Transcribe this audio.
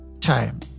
time